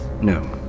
No